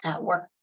work